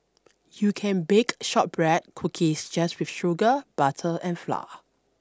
you can bake shortbread cookies just with sugar butter and flour